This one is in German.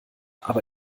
aber